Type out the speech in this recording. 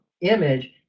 image